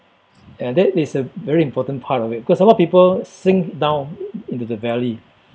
and that is a very important part of it because a lot of people sink down into the valley